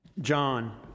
John